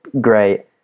great